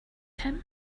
him